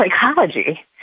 psychology